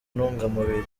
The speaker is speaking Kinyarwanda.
ntungamubiri